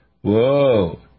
whoa